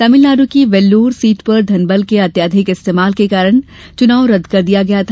तमिलनाडु की वेल्लौर सीट पर धन बल के अत्याधिक इस्तेमाल के कारण का चुनाव रद्द कर दिया गया था